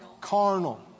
carnal